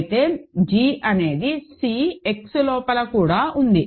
అయితే g అనేది C X లోపల కూడా ఉంది